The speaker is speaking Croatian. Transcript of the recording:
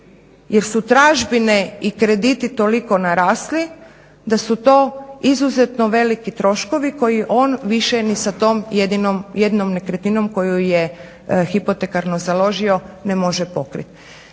jer su tražbine i krediti toliko narasli da su to izuzetno veliki troškovi koje on više ni sa tom jednom nekretninom koju je hipotekarno založio ne može pokriti.